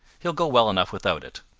he'll go well enough without it.